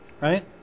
Right